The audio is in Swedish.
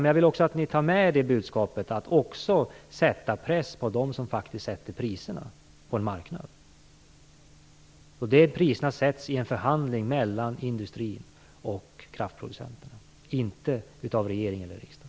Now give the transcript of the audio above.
Men jag vill att ni tar med er det budskapet att ni också skall sätta press på dem som sätter priserna på en marknad. De priserna sätts i en förhandling mellan industrin och kraftproducenterna, inte av regering eller riksdag.